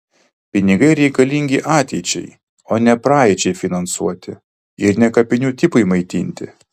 pinigai reikalingi ateičiai o ne praeičiai finansuoti ir ne kapinių tipui maitinti